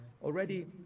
already